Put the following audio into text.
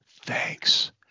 thanks